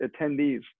attendees